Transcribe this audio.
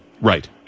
right